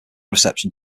reception